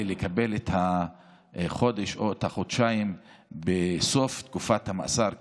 לקבל חודש או חודשיים בסוף תקופת המאסר כאשר,